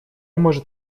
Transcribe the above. может